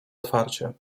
otwarcie